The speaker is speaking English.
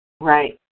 Right